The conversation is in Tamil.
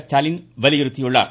ஸ்டாலின் வலியுறுத்தியுள்ளார்